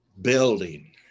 building